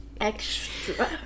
extra